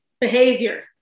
behavior